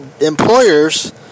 employers